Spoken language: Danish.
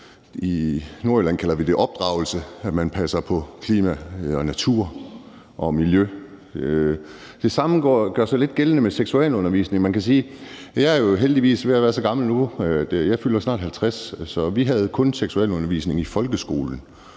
I Nordjylland kalder vi det opdragelse, at man passer på klima, natur og miljø. Det samme gør sig lidt gældende med seksualundervisning. Jeg er jo heldigvis ved at være så gammel nu – jeg fylder snart 50 år – at da jeg gik i skole, havde vi kun seksualundervisning i folkeskolen,